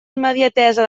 immediatesa